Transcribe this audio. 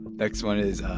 next one is,